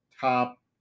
top